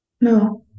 No